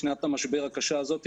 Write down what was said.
שנת המשבר הקשה הזאת,